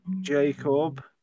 Jacob